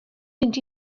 mynd